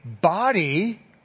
body